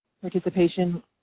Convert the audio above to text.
participation